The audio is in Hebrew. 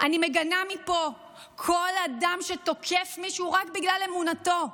אני מגנה מפה כל אדם שתוקף מישהו רק בגלל אמונתו,